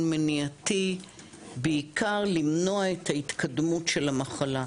מניעתי בעיקר למנוע את ההתקדמות של המחלה.